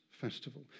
festival